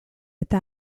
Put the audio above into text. eta